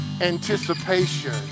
anticipation